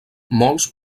molts